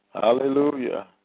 Hallelujah